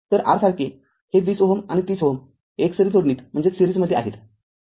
तर r सारखे हे २०Ω आणि ३०Ω एकसरी जोडणीत आहेत